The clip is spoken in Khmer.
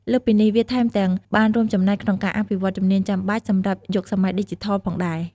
លើសពីនេះ វាថែមទាំងបានរួមចំណែកក្នុងការអភិវឌ្ឍជំនាញចាំបាច់សម្រាប់យុគសម័យឌីជីថលផងដែរ។